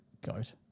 goat